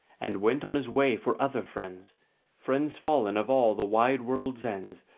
and went on his way for other friends friends fallen of all the wide world's ends,